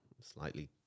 slightly